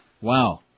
wow